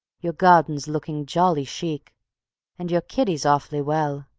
your garden's looking jolly chic and your kiddies awf'ly well.